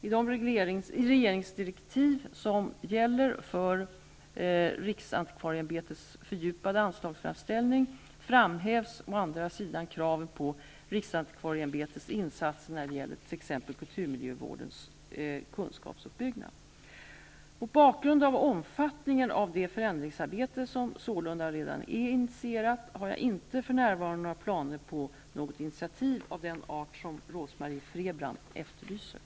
I de regeringsdirektiv som gäller för riksantikvarieämbetets fördjupade anslagsframställning framhävs å andra sidan kraven på riksantikvarieämbetets insatser när det gäller t.ex. kulturmiljövårdens kunskapsutbyggnad. Mot bakgrund av omfattningen av det förändringsarbete som sålunda redan är initierat har jag inte för närvarande några planer på något initiativ av den art som Rose-Marie Frebran efterlyser.